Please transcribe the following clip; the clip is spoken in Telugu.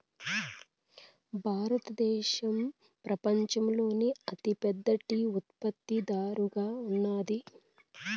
భారతదేశం పపంచంలోనే అతి పెద్ద టీ ఉత్పత్తి దారుగా ఉన్నాది